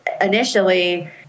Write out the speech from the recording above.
initially